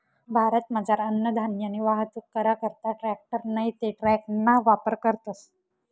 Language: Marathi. भारतमझार अन्नधान्यनी वाहतूक करा करता ट्रॅकटर नैते ट्रकना वापर करतस